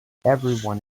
everyone